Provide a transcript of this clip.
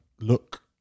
look